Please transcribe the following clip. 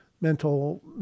mental